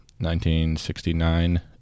1969